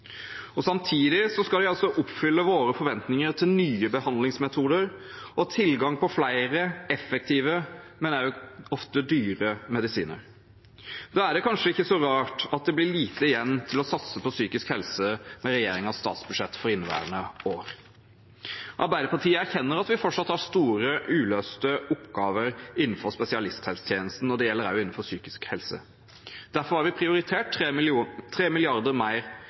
Samtidig skal vi oppfylle våre forventninger om nye behandlingsmetoder og tilgang på flere effektive, men ofte også dyre medisiner. Da er det kanskje ikke så rart at det med regjeringens statsbudsjett for inneværende år blir lite igjen til å satse på psykisk helse. Arbeiderpartiet erkjenner at vi fortsatt har store, uløste oppgaver innenfor spesialisthelsetjenesten. Det gjelder også innenfor psykisk helse. Derfor har vi til sammen prioritert 3 mrd. kr mer